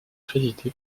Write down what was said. présidé